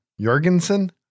jorgensen